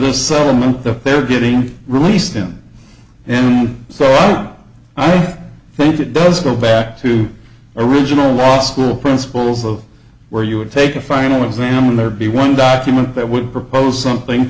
that they're getting released him and so i think it does go back to original law school principles of where you would take a final exam and there'd be one document that would propose something